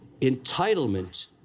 Entitlement